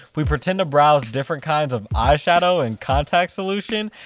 we pretend to browse different kinds of eye shadow and contact solution.